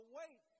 wait